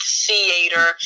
theater